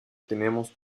tenemos